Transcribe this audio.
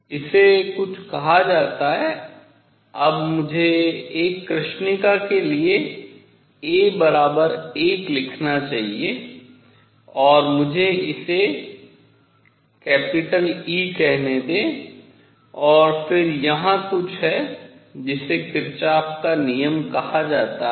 इसे कुछ कहा जाता है अब मुझे एक कृष्णिका के लिए a 1 लिखना चाहिए और मुझे इसे E कहने दें और फिर यहाँ कुछ है जिसे किरचॉफ का नियम कहा जाता है